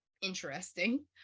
interesting